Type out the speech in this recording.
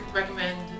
recommend